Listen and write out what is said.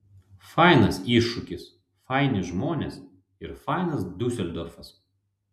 fainas iššūkis faini žmonės ir fainas diuseldorfas